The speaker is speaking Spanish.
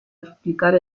explicar